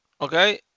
Okay